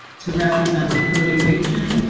to represent the coding region,